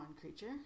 creature